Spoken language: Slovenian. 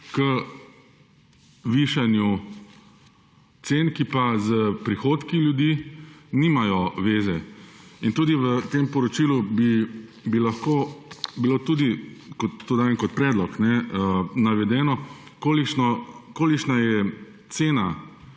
k višanju cen, ki pa s prihodki ljudi nimajo zveze. In tudi v tem poročilu bi lahko bilo tudi – to dajem kot predlog – navedeno, kolikšna je cena